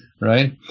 right